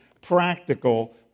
practical